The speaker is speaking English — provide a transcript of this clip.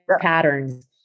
patterns